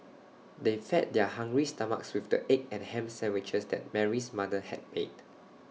they fed their hungry stomachs with the egg and Ham Sandwiches that Mary's mother had made